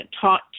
taught